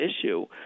issue